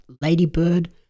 Ladybird